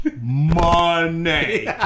Money